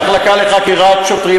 קיימת המחלקה לחקירות שוטרים,